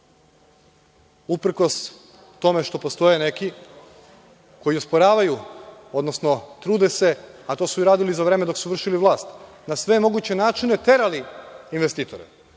važno. Uprkos tome što postoje neki koji osporavaju odnosno trude se, a to su radili i za vreme dok su vršili vlast, na sve moguće načine terali investitore,